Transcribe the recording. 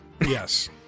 Yes